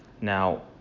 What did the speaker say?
Now